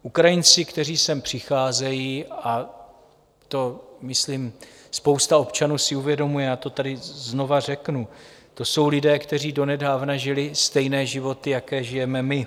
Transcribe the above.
Ukrajinci, kteří sem přicházejí, a to myslím, spousta občanů si uvědomuje, já to tady znova řeknu, to jsou lidé, kteří donedávna žili stejné životy, jaké žijeme my.